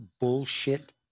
bullshit